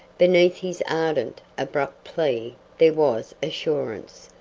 beneath his ardent, abrupt plea there was assurance,